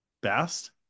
best